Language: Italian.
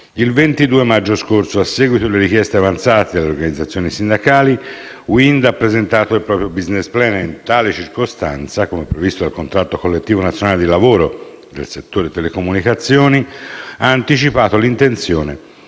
Il 22 maggio scorso, a seguito delle richieste avanzate dalle organizzazioni sindacali, Wind Tre ha presentato il proprio *business plan* e in tale circostanza - come previsto dal contratto collettivo nazionale di lavoro del settore delle telecomunicazioni - ha anticipato l'intenzione